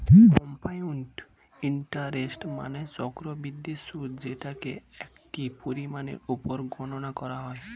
compound interest মানে চক্রবৃদ্ধি সুদ যেটাকে একটি পরিমাণের উপর গণনা করা হয়